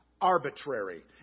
arbitrary